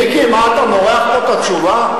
מיקי, אתה מורח פה את התשובה?